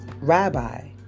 Rabbi